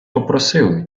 попросили